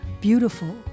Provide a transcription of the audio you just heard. Beautiful